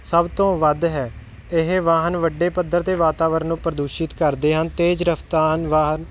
ਸਭ ਤੋਂ ਵੱਧ ਹੈ ਇਹ ਵਾਹਨ ਵੱਡੇ ਪੱਧਰ 'ਤੇ ਵਾਤਾਵਰਨ ਨੂੰ ਪ੍ਰਦੂਸ਼ਿਤ ਕਰਦੇ ਹਨ ਤੇਜ਼ ਰਫਤਾਰ ਵਾਹਨ